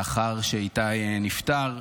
לאחר שאיתי נפטר,